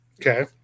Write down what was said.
Okay